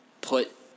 put